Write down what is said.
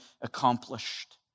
accomplished